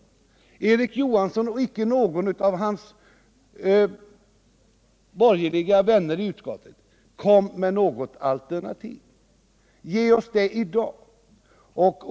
Vare sig Erik Johansson eller någon av hans borgerliga vänner i utskottet kom med något alternativ. Ge oss det i dag!